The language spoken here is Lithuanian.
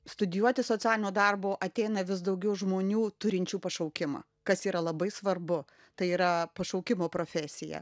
studijuoti socialinio darbo ateina vis daugiau žmonių turinčių pašaukimą kas yra labai svarbu tai yra pašaukimo profesija